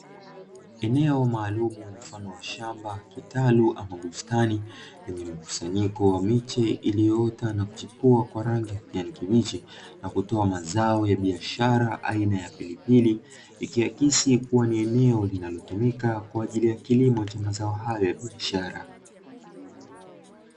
Eneo maalumu la shamba ambalo bustani imekusanyika na miche ilio kuwa na rangi ya kijani kibichi, na kutoa mazao ya biashara ikihakisi kilimo hicho ni cha biashara.